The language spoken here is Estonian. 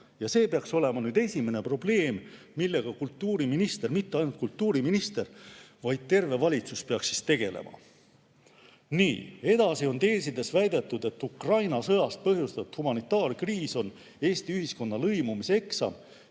See peaks olema esimene probleem, millega kultuuriminister – ja mitte ainult kultuuriminister, vaid terve valitsus – peaks tegelema. Teesides on väidetud, et Ukraina sõja põhjustatud humanitaarkriis on Eesti ühiskonna lõimumise eksam,